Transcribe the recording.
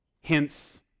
Hence